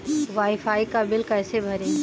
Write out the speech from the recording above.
Wi fi का bill कैसे भरें?